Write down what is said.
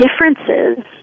differences